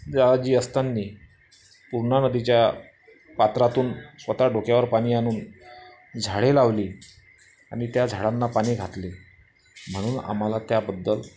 दादाजी असताना पूर्णा नदीच्या पात्रातून स्वतः डोक्यावर पाणी आणून झाडे लावली आणि त्या झाडांना पाणी घातले म्हणून आम्हाला त्याबद्दल